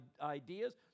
ideas